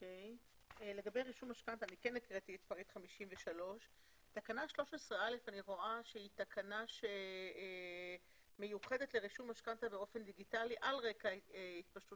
הקראתי את